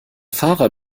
fahrer